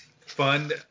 fund